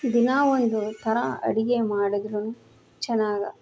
ದಿನಾ ಒಂದು ಥರ ಅಡುಗೆ ಮಾಡಿದ್ರೂನು ಚೆನ್ನಾಗಿ